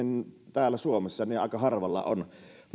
täällä suomessa aika harvalla on